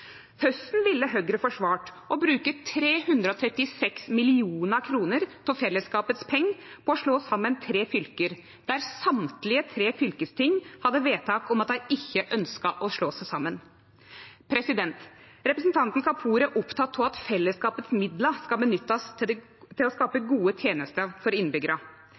ville Høgre ha forsvart å bruke 336 mill. kr av pengane til fellesskapet på å slå saman tre fylke, der alle tre fylkestinga hadde vedtak om at dei ikkje ønskte å slå seg saman? Representanten Kapur er oppteken av at midlane til fellesskapet skal brukast til å skape gode tenester for